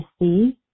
see